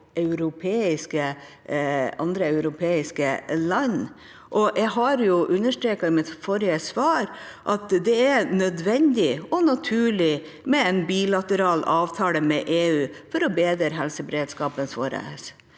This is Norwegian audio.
andre europeiske land. Jeg understreket i mitt forrige svar at det er nødvendig og naturlig med en bilateral avtale med EU for å bedre helseberedskapen vår.